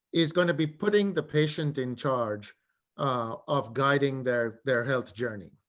is going to be putting the patient in charge of guiding their, their health journey,